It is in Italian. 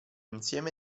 insieme